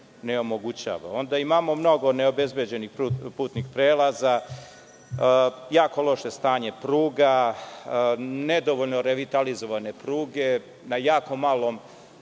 omogućava. Imamo mnogo neobezbeđenih putnih prelaza, jako loše stanje pruga, nedovoljno revitalizovane pruge, na jako malom